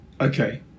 Okay